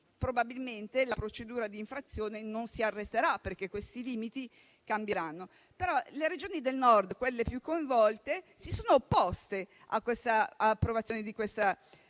probabilmente la procedura di infrazione non si arresterà, perché questi limiti cambieranno. Tuttavia le Regioni del Nord, quelle più coinvolte, si sono opposte all'approvazione di questa